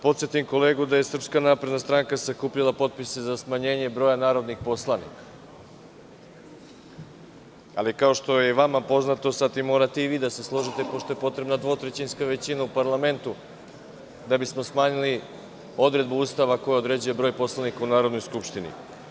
Podsetio bih kolegu da je SNS sakupljala potpise za smanjenje broja narodnih poslanika, ali, kao što je i vama poznato, sa tim morate i vi da se složite, pošto je potrebna dvotrećinska većina u parlamentu da bismo smanjili odredbu Ustava koja određuje broj poslanika u Narodnoj skupštini.